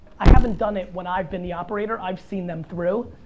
i haven't done it when i've been the operator. i've seen them through.